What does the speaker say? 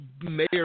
Mayor